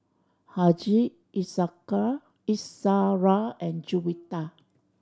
Haziq Izzara and Juwita